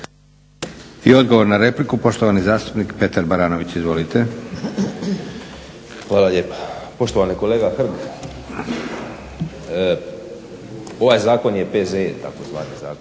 I odgovor na repliku poštovani zastupnik Petar Baranović. **Baranović, Petar (HNS)** Hvala lijepa. Poštovani kolega Hrg, ovaj zakon ja PZE tzv. zakon